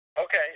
Okay